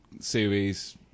series